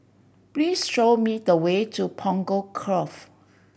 please show me the way to Punggol Cove